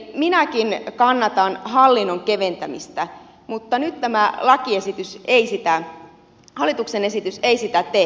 minäkin kannatan hallinnon keventämistä mutta nyt tämä hallituksen esitys ei sitä tee